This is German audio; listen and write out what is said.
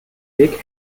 weg